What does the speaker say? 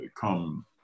come